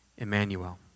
Emmanuel